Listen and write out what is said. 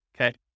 okay